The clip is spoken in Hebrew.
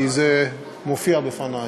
שהיא נשלחה, כי זה מופיע לפני.